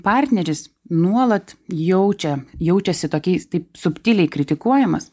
partneris nuolat jaučia jaučiasi tokiai taip subtiliai kritikuojamas